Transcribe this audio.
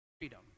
freedom